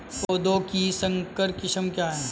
पौधों की संकर किस्में क्या हैं?